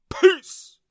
Peace